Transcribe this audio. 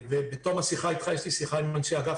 בתום השיחה איתך יש לי שיחה עם אנשי אגף